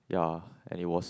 ya and it was